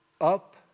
Up